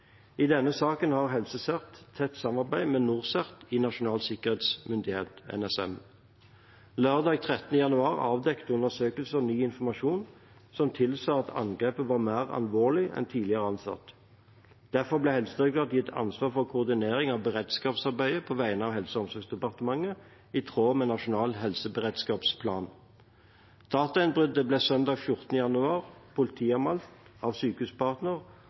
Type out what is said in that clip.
I denne saken har HelseCERT tett samarbeid med NorCERT i Nasjonal sikkerhetsmyndighet, NSM. Lørdag 13. januar avdekket undersøkelsene ny informasjon som tilsa at angrepet var mer alvorlig enn tidligere antatt. Derfor ble Helsedirektoratet gitt ansvar for koordinering av beredskapsarbeidet på vegne av Helse- og omsorgsdepartementet, i tråd med Nasjonal helseberedskapsplan. Datainnbruddet ble søndag 14. januar politianmeldt av Sykehuspartner,